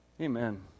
Amen